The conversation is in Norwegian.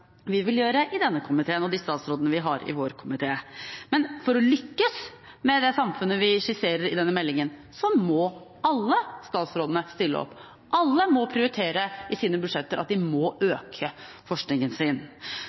vi vil gjøre i denne komiteen, og som de statsrådene vi har i vår komité, vil gjøre. For å lykkes med det samfunnet vi skisserer i denne meldingen, må alle statsrådene stille opp – alle må prioritere at de må øke forskningen